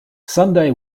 sunday